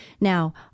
Now